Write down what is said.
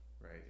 right